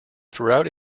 through